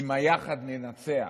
את "היחד ננצח",